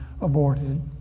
aborted